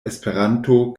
esperanto